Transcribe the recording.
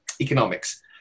economics